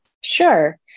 Sure